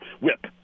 WHIP